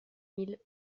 mille